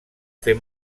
fer